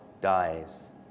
dies